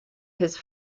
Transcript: his